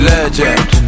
Legend